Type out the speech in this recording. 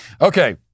Okay